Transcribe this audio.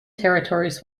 territories